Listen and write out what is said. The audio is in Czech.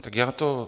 Tak já to...